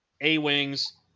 A-Wings